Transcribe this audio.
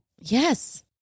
Yes